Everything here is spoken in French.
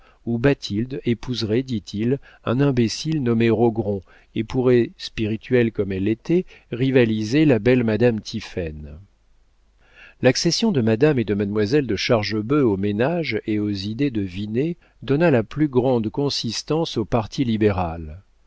où bathilde épouserait dit-il un imbécile nommé rogron et pourrait spirituelle comme elle était rivaliser la belle madame tiphaine l'accession de madame et de mademoiselle de chargebœuf au ménage et aux idées de vinet donna la plus grande consistance au parti libéral